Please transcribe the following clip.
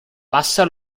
bassa